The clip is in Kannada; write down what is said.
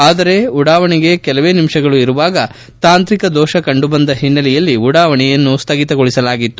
ಆದರೆ ಉಡಾವಣೆಗೆ ಕೇಲವೇ ನಿಮಿಷಗಳು ಇರುವಾಗ ತಾಂತ್ರಿಕ ದೋಷಗಳು ಕಂಡುಬಂದ ಹಿನ್ನೆಲೆಯಲ್ಲಿ ಉಡಾವಣೆಯನ್ನು ಸ್ಲಗಿತಗೊಳಿಸಲಾಗಿತ್ತು